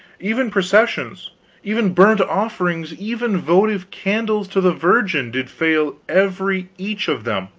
even processions even burnt-offerings even votive candles to the virgin, did fail every each of them